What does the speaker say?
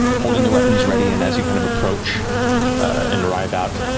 holding their weapons ready, and as you kind of approach and arrive out,